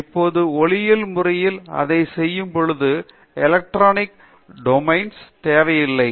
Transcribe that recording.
இப்போது ஒளியியல் முறையில் அதை செய்யும் பொழுது எலக்ட்ரானிக் டொமைன் தேவையில்லை